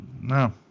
no